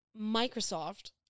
Microsoft